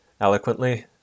eloquently